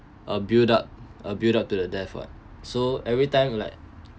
a build up a build up to the death [what] so every time like